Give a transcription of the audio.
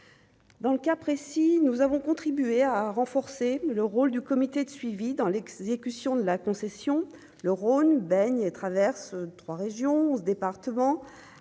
Dans le cas précis, nous avons contribué à renforcer le rôle du comité de suivi dans l'exécution de la concession, le Rhône traverse 3 régions, départements,